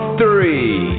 three